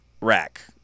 rack